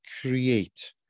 create